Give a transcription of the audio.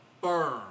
burn